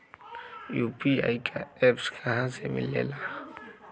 UPI का app कहा से मिलेला?